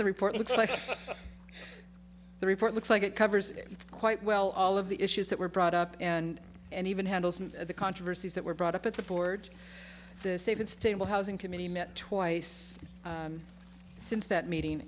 the report looks like the report looks like it covers it quite well all of the issues that were brought up and and even handle some of the controversies that were brought up at the board the safe and stable housing committee met twice since that meeting